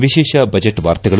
ವಿಶೇಷ ಬಜೆಟ್ ವಾರ್ತೆಗಳು